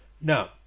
Now